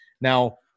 now